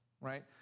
right